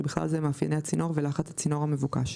ובכלל זה מאפייני הצינור ולחץ הצינור המבוקש.